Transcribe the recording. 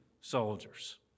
soldiers